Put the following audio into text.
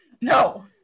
No